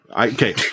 Okay